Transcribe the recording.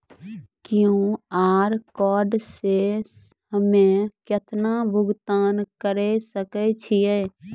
QR code से हम्मय केतना भुगतान करे सके छियै?